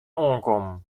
oankommen